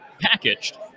packaged